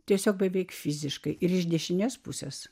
tiesiog beveik fiziškai ir iš dešinės pusės